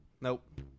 Nope